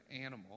animal